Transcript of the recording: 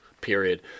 Period